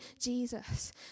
Jesus